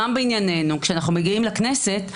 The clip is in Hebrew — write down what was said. גם בעניינו כשאנחנו מגיעים לכנסת,